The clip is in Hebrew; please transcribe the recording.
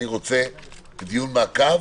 אני רוצה דיון מעקב